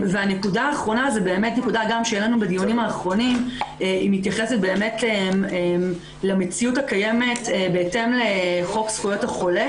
נקודה אחרונה מתייחסת למציאות הקיימת בהתאם לחוק זכויות החולה.